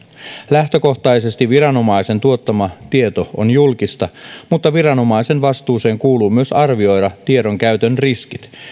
lähtökohtaisesti viranomaisen tuottama tieto on julkista mutta viranomaisen vastuuseen kuuluu myös arvioida tiedonkäytön riskit